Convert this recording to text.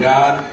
God